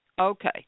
Okay